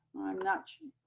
not sure,